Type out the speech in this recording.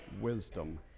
wisdom